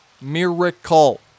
Miracle